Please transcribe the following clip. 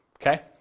Okay